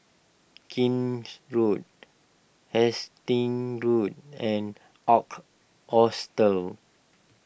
Kent Road Hastings Road and Arp Hostel